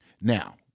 Now